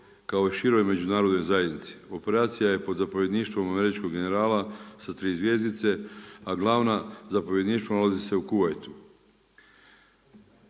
kao široj međunarodnoj zajednici. Operacija je pod zapovjedništvom američkog generala sa tri zvjezdice, a glavno zapovjedništvo nalazi se u Kuvajtu.